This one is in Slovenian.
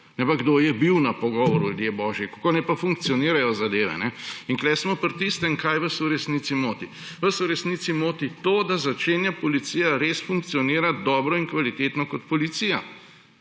ne pa, kdo je bil na pogovoru, ljudje božji. Kako naj pa funkcionirajo zadeve? In tukaj smo pri tistem, kaj vas v resnici moti. Vas v resnici moti to, da začenja policija res funkcionirati dobro in kvalitetno kot policija.